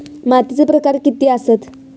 मातीचे प्रकार किती आसत?